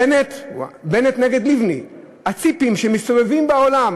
בנט נגד לבני: הציפים שמסתובבים בעולם,